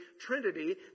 Trinity